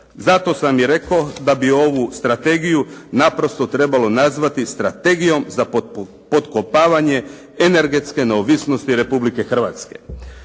Zato sam i rekao da bi ovu strategiju naprosto trebalo nazvati strategijom za potkopavanje energetske neovisnosti Republike Hrvatske.